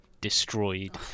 destroyed